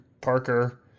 Parker